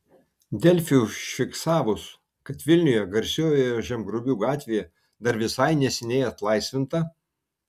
delfi užfiksavus kad vilniuje garsiojoje žemgrobių gatvėje dar visai neseniai atlaisvinta